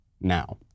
now